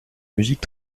musique